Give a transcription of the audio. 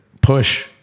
push